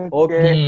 okay